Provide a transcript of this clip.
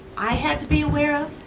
i had to be aware of,